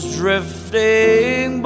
drifting